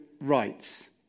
rights